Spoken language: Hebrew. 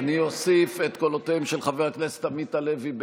אני אוסיף את קולותיהם של חבר הכנסת עמית הלוי,